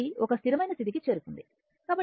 ఇది ఒక స్థిరమైన స్థితికి చేరుకుంది